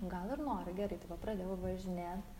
gal ir noriu gerai tai va pradėjau važinėt